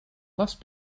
must